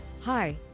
Hi